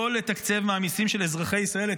לא לתקצב מהמיסים של אזרחי ישראל את